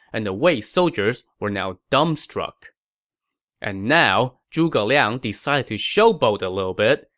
and the wei soldiers were now dumbstruck and now, zhuge liang decided to showboat a little bit.